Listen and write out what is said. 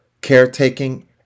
Caretaking